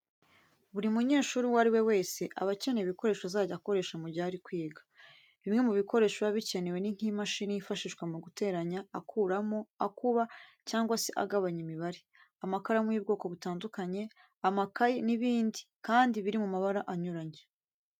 Buri munyeshuri uwo ari we wese aba akeneye ibikoresho azajya akoresha mu gihe ari kwiga. Bimwe mu bikoresho biba bikenewe ni nk'imashini yifashishwa mu guteranya, akuramo, akuba cyangwa se agabanya imibare, amakaramu y'ubwoko butandukanye, amakayi n'ibindi kandi biri mu mabara anyuranye.